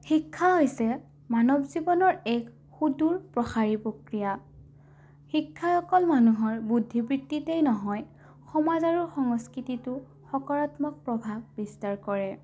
শিক্ষা হৈছে মানৱ জীৱনৰ এক সুদূৰ প্ৰসাৰী প্ৰক্ৰিয়া শিক্ষা অকল মানুহৰ বুদ্ধি বৃত্তিতেই নহয় সমাজ আৰু সংস্কৃতিতো সকাৰাত্মক প্ৰভাৱ বিস্তাৰ কৰে